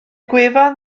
gwefan